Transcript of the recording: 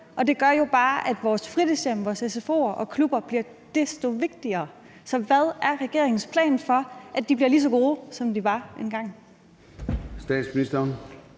og det gør bare, at vores fritidshjem og vores sfo'er og klubber bliver desto vigtigere. Så hvad er regeringens plan for, at de bliver lige så gode, som de var engang?